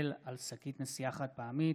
היטל על שקית נשיאה חד-פעמית),